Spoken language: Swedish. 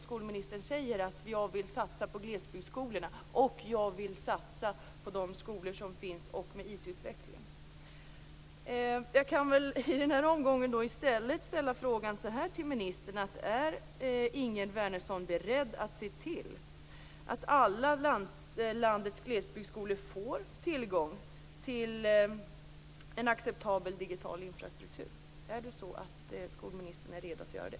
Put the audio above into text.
Skolministern säger ju: Jag vill satsa på glesbygdsskolorna och jag vill satsa på de skolor som finns när det gäller IT Jag kan väl i den här omgången i stället fråga ministern så här: Är Ingegerd Wärnersson beredd att se till att alla landets glesbygdsskolor får tillgång till en acceptabel digital infrastruktur? Är skolministern redo att göra det?